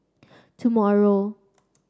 tomorrow